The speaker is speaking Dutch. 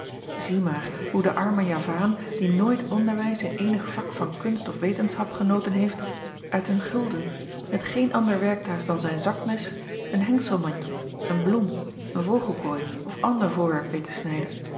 ie maar hoe de arme avaan die nooit onderwijs in eenig vak van kunst of wetenschap genoten heeft uit een gulden met geen ander werktuig dan zijn zakmes een hengselmandje een bloem een vogelkooi of ander voorwerp weet te snijden